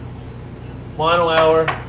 final hour.